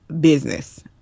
business